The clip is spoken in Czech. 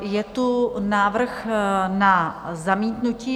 Je tu návrh na zamítnutí.